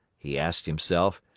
he asked himself.